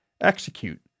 execute